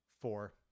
Four